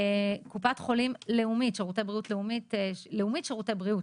קופת חולים לאומית, לאומית שירותי בריאות.